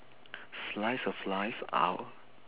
slice of life hour